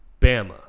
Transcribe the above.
Bama